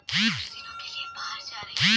भेड़ के मांस ला काटल जाला